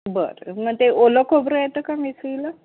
बरं मग ते ओलं खबरं येतं का मिसळीला